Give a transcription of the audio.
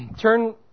Turn